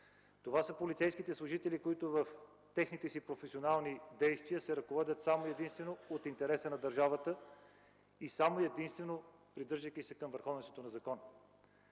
Това са полицейски служители, които в техните си професионални действия се ръководят единствено и само от интереса на държавата, единствено и само придържайки се към върховенството на закона.